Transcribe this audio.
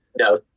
No